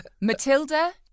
Matilda